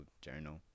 journal